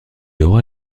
aura